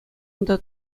унта